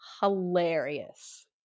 hilarious